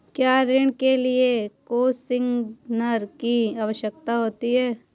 क्या ऋण के लिए कोसिग्नर की आवश्यकता होती है?